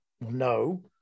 No